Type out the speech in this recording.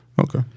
Okay